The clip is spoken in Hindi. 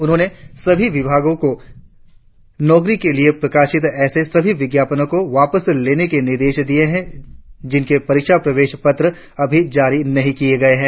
उन्होंने सभी विभागो को नौकरी के लिए प्रकाशित ऐसे सभी विज्ञापनो को वापस लेने के निर्देश दिए है जिनके परीक्षा प्रवेश पत्र अभी जारी नही किए गए है